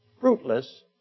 fruitless